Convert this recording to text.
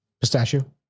Pistachio